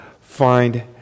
find